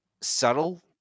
subtle